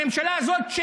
הממשלה הזאת,